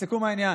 לסיכום העניין,